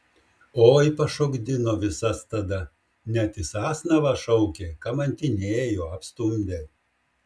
oi pašokdino visas tada net į sasnavą šaukė kamantinėjo apstumdė